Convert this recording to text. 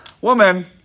Woman